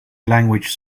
language